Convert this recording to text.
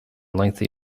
lengthy